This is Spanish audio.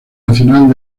nacional